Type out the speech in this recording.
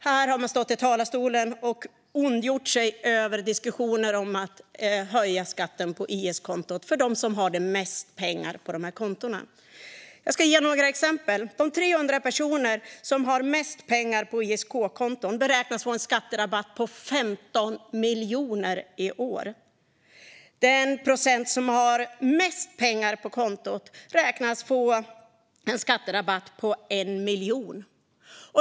Här har man stått i talarstolen och ondgjort sig över diskussioner om att höja skatten på IS-kontot för dem som har mest pengar på kontona. Jag ska ge några exempel. De 300 personer som har mest pengar på ISK beräknas få en skatterabatt på 15 miljoner i år. Den procent som har mest pengar på kontot beräknas få en skatterabatt på 1 miljon.